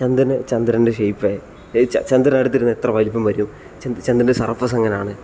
ചന്ദ്രന് ചന്ദ്രൻ്റെ ഷേപ്പ് ചന്ദ്രൻ അടുത്തിരുന്നാൽ എത്ര വലുപ്പം വരും ചൻ ചന്ദ്രൻ്റെ സർഫസ് എങ്ങനെയാണ്